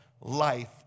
life